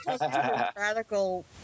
Radical